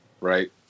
Right